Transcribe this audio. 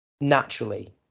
naturally